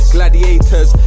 Gladiators